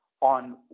on